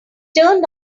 turned